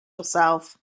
yourself